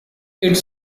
its